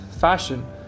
fashion